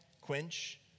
quench